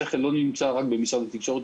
השכל לא נמצא רק במשרד התקשורת,